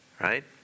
right